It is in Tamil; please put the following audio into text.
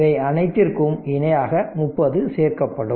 இவை அனைத்திற்கும் இணையாக 30 சேர்க்கப்படும்